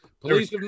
Police